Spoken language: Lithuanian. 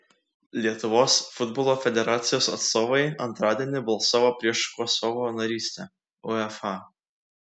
lietuvos futbolo federacijos atstovai antradienį balsavo prieš kosovo narystę uefa